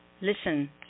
listen